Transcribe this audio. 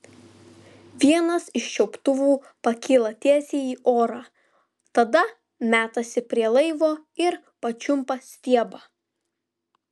vienas iš čiuptuvų pakyla tiesiai į orą tada metasi prie laivo ir pačiumpa stiebą